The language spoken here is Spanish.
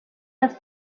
las